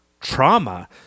trauma